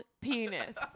penis